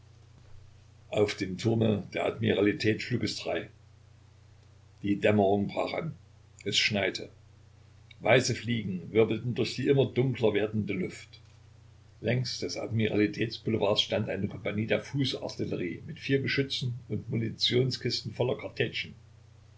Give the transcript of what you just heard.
auf dem turme der admiralität schlug es drei die dämmerung brach an es schneite weiße fliegen wirbelten durch die immer dunkler werdende luft längs des admiralitäts boulevards stand eine kompagnie der fußartillerie mit vier geschützen und munitionskisten voller kartätschen